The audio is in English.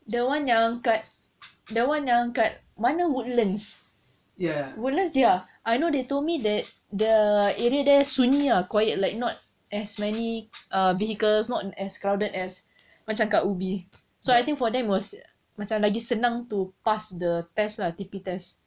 the one yang kat the one yang kat mana woodlands woodlands ya I know they told me that the area there sunyi ah quiet like not as many vehicles not as crowded macam kat ubi so I think for them was macam lagi senang to pass the test lah T_P test